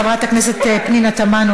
חברת הכנסת פנינה תמנו,